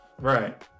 Right